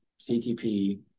CTP